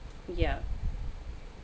yeah